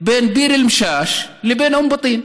בין ביר אל-משאש לבין אום בטין?